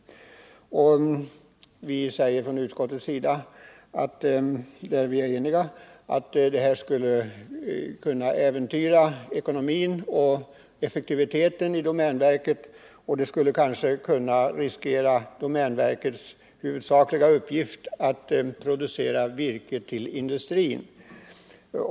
I utskottet är vi eniga om att detta skulle kunna äventyra ekonomin och effektiviteten i domänverket. Det skulle kanske kunna riskera domänverkets huvudsakliga uppgift. nämligen att producera virke till industrin.